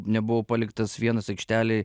nebuvau paliktas vienas aikštelėj